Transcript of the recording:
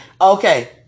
okay